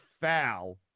foul